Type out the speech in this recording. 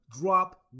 drop